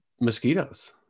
mosquitoes